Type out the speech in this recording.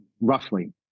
roughly